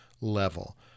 level